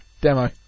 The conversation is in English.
Demo